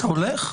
אתה הולך?